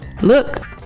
Look